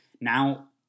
Now